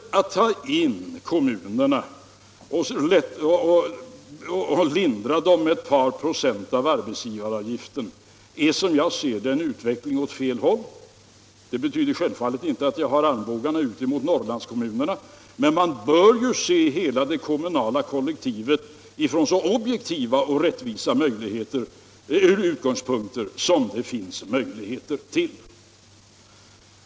Att ta in kommunerna i inre stödområdet och lindra skattebördan för dem med ett par procent av arbetsgivaravgiften är, som jag ser det, en utveckling åt fel håll. Det betyder självfallet inte att jag sätter ut armbågarna mot Norrlandskommunerna, men man bör ju se hela det kommunala kollektivet från så objektiva och så rättvisa utgångspunkter som det finns möjligheter till.